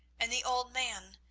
and the old man,